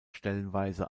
stellenweise